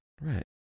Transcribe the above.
Right